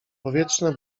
powietrze